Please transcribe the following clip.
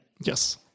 Yes